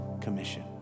commission